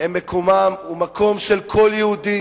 הם מקומו של כל יהודי,